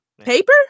paper